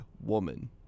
woman